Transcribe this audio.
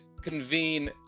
convene